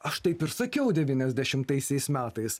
aš taip ir sakiau devyniasdešimtaisiais metais